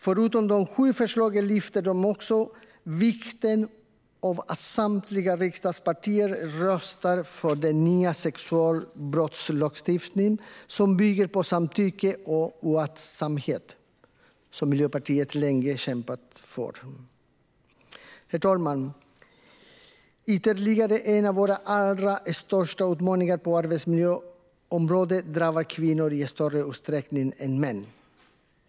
Förutom de sju förslagen lyfter de också vikten av att samtliga riksdagspartier röstar för den nya sexualbrottslagstiftningen, vilken bygger på samtycke och oaktsamhet, som Miljöpartiet länge kämpat för. Herr talman! Ytterligare en av våra allra största utmaningar på arbetsmiljöområdet drabbar kvinnor i större utsträckning än män.